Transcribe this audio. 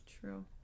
True